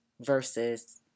versus